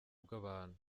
bw’abantu